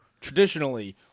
traditionally –